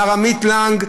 מר עמית לנג,